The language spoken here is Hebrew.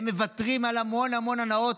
הן מוותרות על המון המון הנאות,